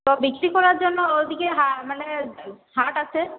তো বিক্রি করার জন্য ওদিকে মানে হাট আছে